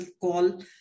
call